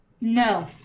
No